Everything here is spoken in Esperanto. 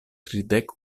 tridek